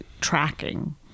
tracking